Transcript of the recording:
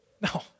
No